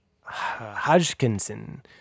Hodgkinson